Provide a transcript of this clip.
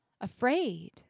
afraid